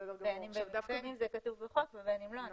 בין אם זה כתוב בחוק ובין אם לא.